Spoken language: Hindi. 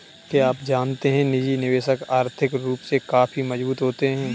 क्या आप जानते है निजी निवेशक आर्थिक रूप से काफी मजबूत होते है?